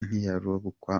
nyirabukwe